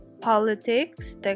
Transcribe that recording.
politics